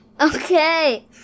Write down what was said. Okay